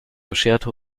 bescherte